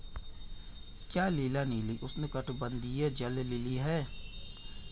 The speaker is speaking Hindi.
क्या नीला लिली उष्णकटिबंधीय जल लिली है?